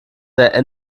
der